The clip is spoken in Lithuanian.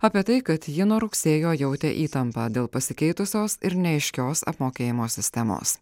apie tai kad ji nuo rugsėjo jautė įtampą dėl pasikeitusios ir neaiškios apmokėjimo sistemos